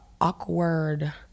awkward